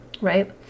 right